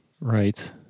Right